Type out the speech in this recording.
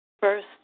First